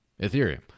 Ethereum